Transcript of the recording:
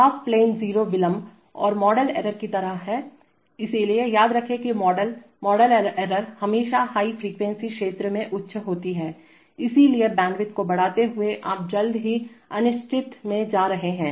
half plane zero विलंब और model error की तरह हैंइसलिए याद रखें कि मॉडल मॉडल एरर हमेशा हाई फ्रीक्वेंसी क्षेत्र में उच्च होती हैं इसलिए बैंडविड्थ को बढ़ाते हुए आप जल्द ही अनिश्चित में जा रहे हैं